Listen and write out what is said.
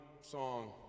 song